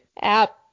app